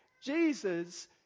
Jesus